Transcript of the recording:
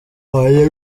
wanjye